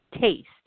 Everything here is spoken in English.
taste